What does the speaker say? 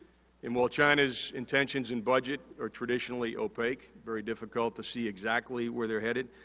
and, while china's intentions and budget are traditionally opaque, very difficult to see exactly where they're headed,